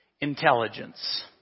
intelligence